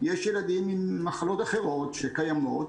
יש ילדים עם מחלות אחרות שקיימות